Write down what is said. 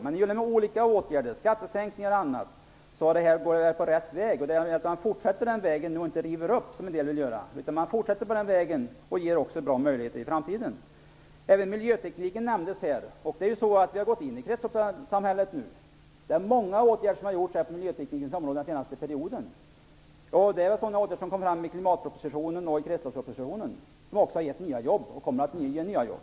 Men genom olika åtgärder, skattesänkningar och annat är vi på rätt väg. Det är viktigt att inte riva upp, som en del vill göra, utan vi skall fortsätta på den vägen så att vi ger bra möjligheter också i framtiden. Även miljötekniken nämndes här. Vi har nu gått in i kretsloppssamhället. Många åtgärder har gjorts på miljöteknikens område under den senaste perioden, åtgärder som kommit fram genom klimatpropositionen och kretsloppspropositionen. De har gett och kommer också att ge nya jobb.